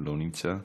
לא נמצא,